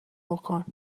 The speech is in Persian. بکن